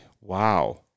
Wow